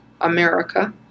America